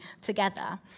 together